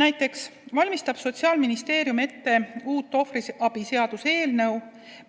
Näiteks valmistab Sotsiaalministeerium ette uut ohvriabi seaduse eelnõu,